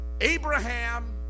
Abraham